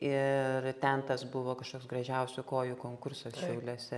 ir ten tas buvo kažkoks gražiausių kojų konkursas šialiuose